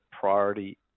priority